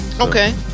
Okay